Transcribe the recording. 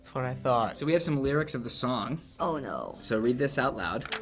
what i thought. so we have some lyrics of the song. oh no. so read this out loud.